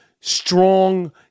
strong